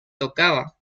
tocaba